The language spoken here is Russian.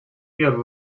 мер